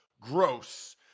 gross